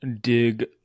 dig